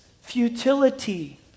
futility